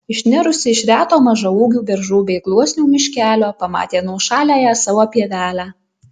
išnirusi iš reto mažaūgių beržų bei gluosnių miškelio pamatė nuošaliąją savo pievelę